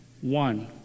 One